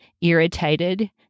irritated